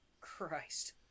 Christ